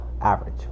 average